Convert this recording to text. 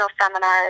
seminars